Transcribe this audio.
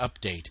Update